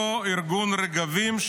אותו ארגון רגבים,